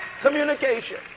communication